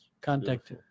Contact